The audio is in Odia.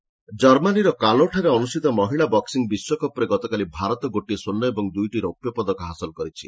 ବକ୍ସିଂ ଜର୍ମାନୀର କଲୋଁଠାରେ ଅନୁଷ୍ଠିତ ମହିଳା ବକ୍ୱିଂ ବିଶ୍ୱକପ୍ରେ ଗତକାଲି ଭାରତ ଗୋଟିଏ ସ୍ୱର୍ଣ୍ଣ ଏବଂ ଦ୍ୱଇଟି ରୌପ୍ୟ ପଦକ ହାସଲ କରିଛି